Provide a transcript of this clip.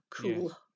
cool